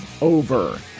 over